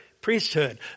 priesthood